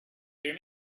hear